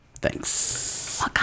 Thanks